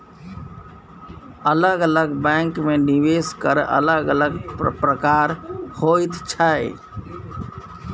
अलग अलग बैंकमे निवेश केर अलग अलग प्रकार होइत छै